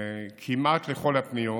כמעט לכל הפניות,